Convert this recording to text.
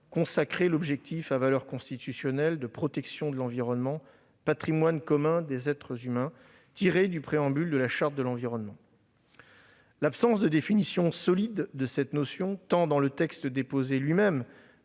consacré l'objectif de valeur constitutionnelle de « protection de l'environnement, patrimoine commun des êtres humains », tiré du préambule de la Charte de l'environnement. L'absence de définition solide de cette notion, dans son texte lui-même